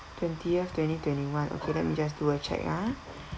twentieth twenty twenty-one okay let me just do a check ah